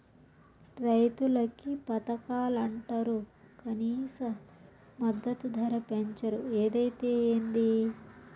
రైతులకి పథకాలంటరు కనీస మద్దతు ధర పెంచరు ఏదైతే ఏంది